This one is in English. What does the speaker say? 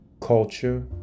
culture